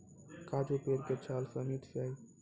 काजू पेड़ के छाल सॅ अमिट स्याही आरो रंग बनैलो जाय छै